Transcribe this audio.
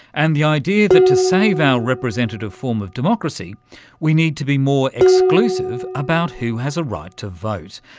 and the idea that to save our representative form of democracy we need to be more exclusive about who has a right to vote.